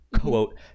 quote